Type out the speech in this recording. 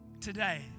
Today